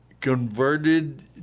converted